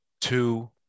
two